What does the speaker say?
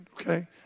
okay